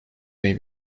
may